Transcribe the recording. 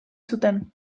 zuten